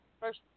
first